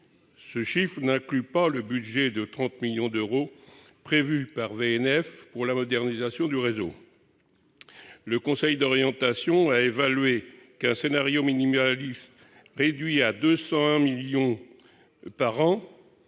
Ce chiffre n'inclut pas le budget de 30 millions d'euros prévu par VNF pour la modernisation du réseau. Le Conseil d'orientation des infrastructures a évalué qu'un scénario minimaliste réduit à 201 millions